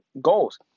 goals